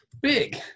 big